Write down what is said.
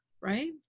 right